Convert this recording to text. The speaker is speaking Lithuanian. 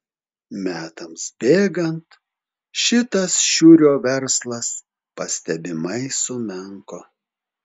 metams bėgant šitas šiurio verslas pastebimai sumenko